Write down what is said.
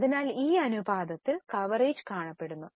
അതിനാൽ ഈ അനുപാതത്തിൽ കവറേജ് കാണപ്പെടുന്നു